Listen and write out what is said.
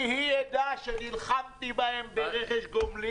היא עדה שנלחמתי בהם ברכש גומלין.